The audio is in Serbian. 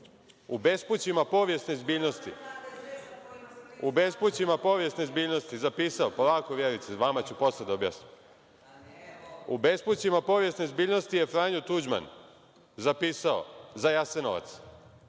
u „Bespućima povijesne zbiljnosti“ je Franjo Tuđman zapisao za Jasenovac